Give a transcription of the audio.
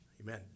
Amen